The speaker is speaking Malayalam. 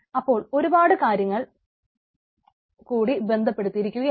അപ്പോൾ ഒരുപാടു കാര്യങ്ങൾ കൂടി ബന്ധപ്പെട്ടിരിക്കുകയാണ്